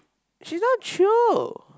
she's not chio